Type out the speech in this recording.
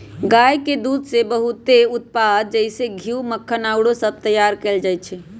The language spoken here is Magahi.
गाय के दूध से बहुते उत्पाद जइसे घीउ, मक्खन आउरो सभ तइयार कएल जाइ छइ